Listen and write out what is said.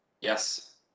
Yes